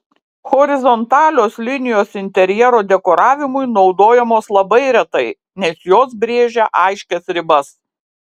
horizontalios linijos interjero dekoravimui naudojamos labai retai nes jos brėžia aiškias ribas